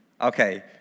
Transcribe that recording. Okay